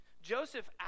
Joseph